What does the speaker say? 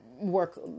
work